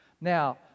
Now